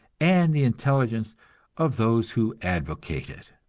and the intelligence of those who advocate it.